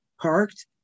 parked